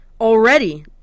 Already